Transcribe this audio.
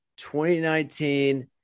2019